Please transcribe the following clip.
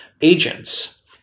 agents